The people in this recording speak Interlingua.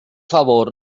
favor